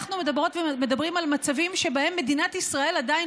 אנחנו מדברות ומדברים על מצבים שבהם מדינת ישראל עדיין